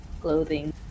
Clothing